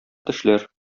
тешләр